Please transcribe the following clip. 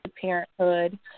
parenthood